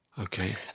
Okay